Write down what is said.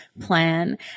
plan